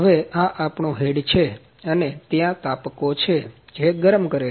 હવે આ આપણો હેડ છે અને ત્યાં તાપકો છે જે ગરમ કરે છે